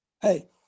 Hey